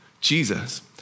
Jesus